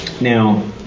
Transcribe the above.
Now